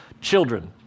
children